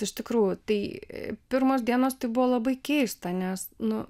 iš tikrųjų tai pirmos dienos tai buvo labai keista nes nu